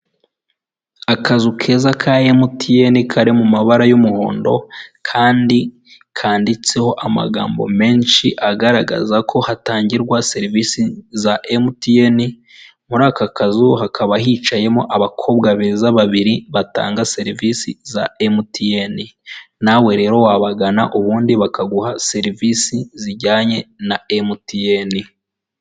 Abantu bicaye bambaye idarapo ry'u Rwanda hakaba harimo abagabo n'abagore, bakaba bafashe ku meza ndetse bafite n'amakayi imbere yabo yo kwandikamo.